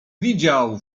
widział